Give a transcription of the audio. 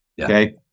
Okay